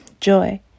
joy